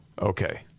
Okay